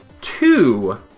two